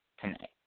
tonight